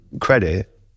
credit